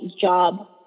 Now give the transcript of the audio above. job